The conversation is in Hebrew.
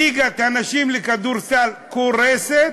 ליגת הנשים בכדורסל קורסת,